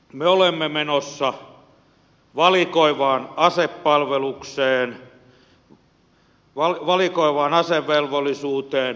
me olemme menossa valikoivaan asevelvollisuuteen